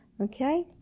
Okay